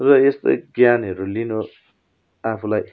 र यस्तै ज्ञानहरू लिन आफूलाई